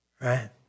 right